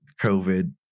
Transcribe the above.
covid